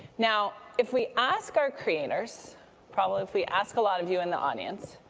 now, if we ask our creators probably if we ask a lot of you in the audience,